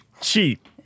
cheat